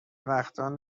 بختان